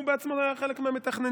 הוא בעצמו היה מהמתכננים.